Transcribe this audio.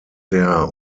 der